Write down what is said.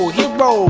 hero